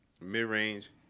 Mid-range